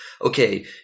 okay